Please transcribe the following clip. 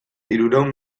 hirurehun